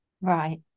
right